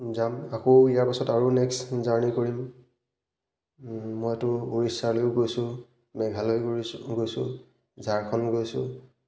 যাম আকৌ ইয়াৰ পাছত আৰু নেক্সট জাৰ্ণি কৰিম মইতো উৰিষ্যালৈও গৈছোঁ মেঘালয়ো গৈছো গৈছোঁ ঝাৰখণ্ড গৈছোঁ